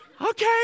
Okay